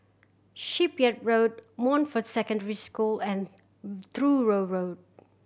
Shipyard Road Montfort Secondary School and Truro Road